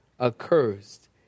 Accursed